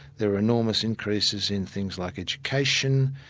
there were enormous increases in things like education,